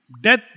death